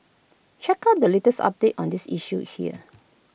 check out the latest update on this issue here